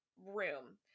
room